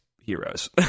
heroes